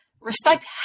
respect